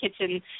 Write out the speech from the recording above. Kitchen